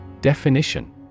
Definition